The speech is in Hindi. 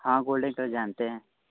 हाँ गोल्डेन कलर जानते हैं